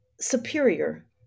superior